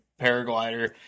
paraglider